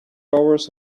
hours